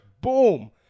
boom